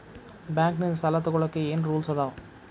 Bank ನಿಂದ್ ಸಾಲ ತೊಗೋಳಕ್ಕೆ ಏನ್ ರೂಲ್ಸ್ ಅದಾವ?